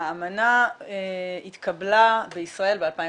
האמנה התקבלה בישראל ב-2003,